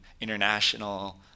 international